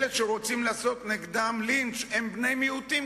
אלה שרוצים לעשות נגדם לינץ' הם בני מיעוטים,